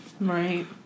Right